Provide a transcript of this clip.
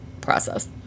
process